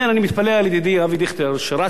שרץ לראשות קדימה רק לפני חודשיים,